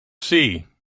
see